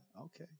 Okay